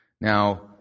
Now